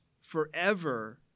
forever